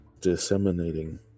disseminating